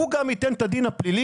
הוא גם זה שייתן את הדין הפלילי.